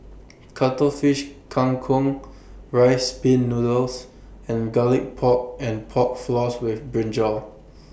Cuttlefish Kang Kong Rice Pin Noodles and Garlic Pork and Pork Floss with Brinjal